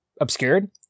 obscured